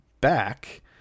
back